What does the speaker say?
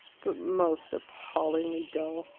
but most appallingly dull.